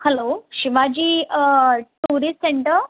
hello शिमाजी ट्युरीस Sant